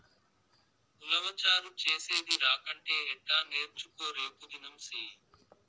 ఉలవచారు చేసేది రాకంటే ఎట్టా నేర్చుకో రేపుదినం సెయ్యి